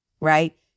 right